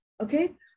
Okay